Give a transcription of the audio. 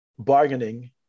Bargaining